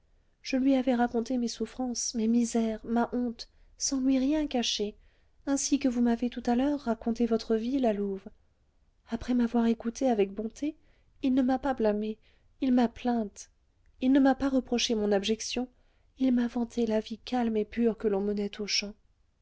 je lui avais raconté mes souffrances mes misères ma honte sans lui rien cacher ainsi que vous m'avez tout à l'heure raconté votre vie la louve après m'avoir écoutée avec bonté il ne m'a pas blâmée il m'a plainte il ne m'a pas reproché mon abjection il m'a vanté la vie calme et pure que l'on menait aux champs